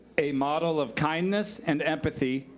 a model of kindness and empathy,